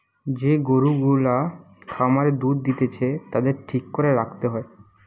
যে গরু গুলা খামারে দুধ দিতেছে তাদের ঠিক করে রাখতে হয়